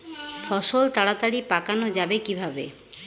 ফসল তাড়াতাড়ি পাকানো যাবে কিভাবে?